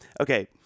Okay